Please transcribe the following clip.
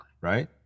Right